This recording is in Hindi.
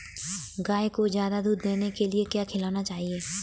गाय को ज्यादा दूध देने के लिए क्या खिलाना चाहिए?